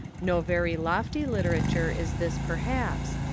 no very lofty literature is this perhaps,